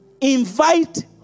invite